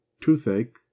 toothache